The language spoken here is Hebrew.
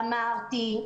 אמרתי,